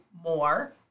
more